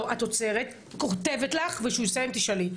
את עוצרת, כותבת לך וכשהוא יסיים תשאלי.